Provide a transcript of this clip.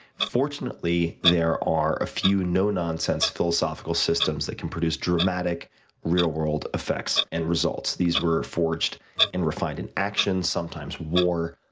fortunately, there are a few no-nonsense philosophical systems that can produce dramatic real-world effects and results. these were forged and refined in actions sometimes war.